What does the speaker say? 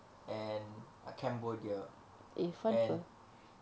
and uh cambodia and